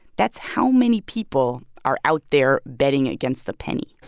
that's how many people are out there betting against the penny